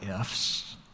ifs